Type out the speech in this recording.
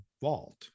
vault